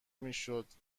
میشد